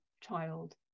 child